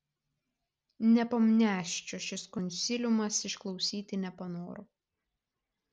nepomniaščio šis konsiliumas išklausyti nepanoro